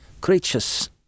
creatures